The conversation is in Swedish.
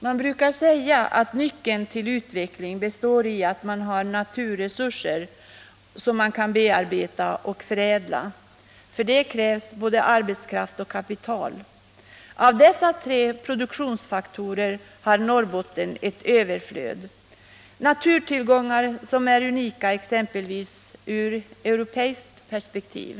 Man brukar säga att nyckeln till utveckling består i att man har naturresurser att bearbeta och förädla. För det krävs både arbetskraft och kapital. Av dessa tre produktionsfaktorer har Norrland ett överflöd. Dess naturtillgångar exempelvis är unika sedda ur europeiskt perspektiv.